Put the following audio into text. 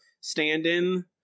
stand-in